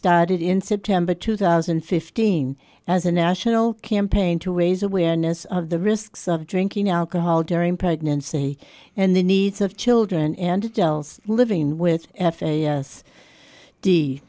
started in september two thousand and fifteen as a national campaign to raise awareness of the risks of drinking alcohol during pregnancy and the needs of children and tells living with f a s d